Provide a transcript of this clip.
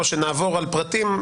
או שנעבור על פרטים,